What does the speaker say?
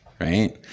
right